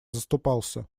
заступался